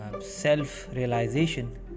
self-realization